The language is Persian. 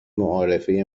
معارفه